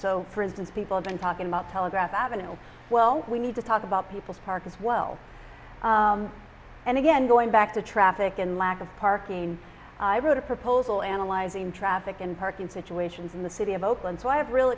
so for instance people have been talking about telegraph avenue well we need to talk about people's park as well and again going back to traffic and lack of parking i wrote a proposal analyzing traffic in parking situations in the city of oakland so i have real